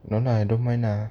no no I don't mind lah